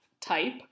type